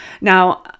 Now